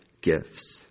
gifts